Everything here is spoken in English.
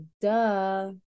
duh